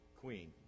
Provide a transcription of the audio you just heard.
queen